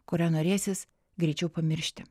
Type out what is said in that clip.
kurią norėsis greičiau pamiršti